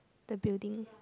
the building